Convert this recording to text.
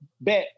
bet